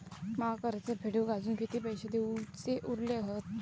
माका कर्ज फेडूक आजुन किती पैशे देऊचे उरले हत?